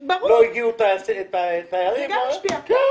הרווחה והשירותים החברתיים חיים כץ: באינתיפאדה היה פה משבר כלכלי,